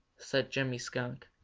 said jimmy skunk.